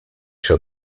się